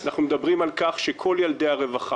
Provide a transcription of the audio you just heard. אנחנו מדברים על כך שכל ילדי הרווחה,